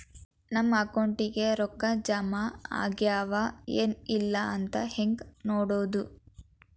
ನಮ್ಮ ಅಕೌಂಟಿಗೆ ರೊಕ್ಕ ಜಮಾ ಆಗ್ಯಾವ ಏನ್ ಇಲ್ಲ ಅಂತ ಹೆಂಗ್ ನೋಡೋದು?